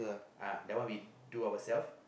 ah that one we do ourself